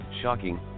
Shocking